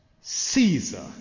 Caesar